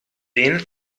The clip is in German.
den